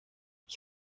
ich